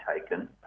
taken